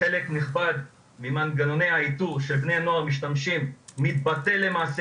חלק נכבד ממנגנוני האיתור שבני נוער משתמשים בהם מתבטל למעשה,